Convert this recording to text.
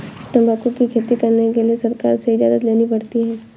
तंबाकू की खेती करने के लिए सरकार से इजाजत लेनी पड़ती है